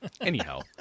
Anyhow